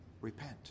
Repent